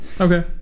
okay